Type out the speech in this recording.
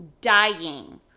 dying